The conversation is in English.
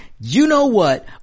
you-know-what